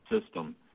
system